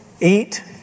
Eat